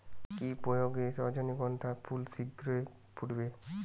কি প্রয়োগে রজনীগন্ধা ফুল শিঘ্র ফুটবে?